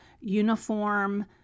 uniform